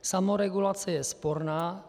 Samoregulace je sporná.